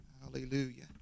Hallelujah